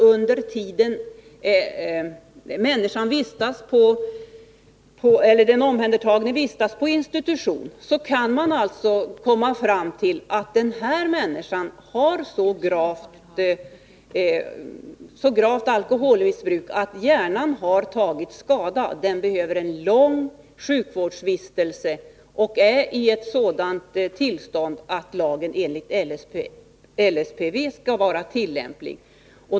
Under den tid som den omhändertagne får vistas på institution kan man alltså komma fram till att vederbörande har missbrukat alkohol så gravt att hjärnan har tagit skada och han behöver en lång sjukhusvistelse samt är i ett sådant tillstånd att lagen enligt LSPV skall vara tillämplig.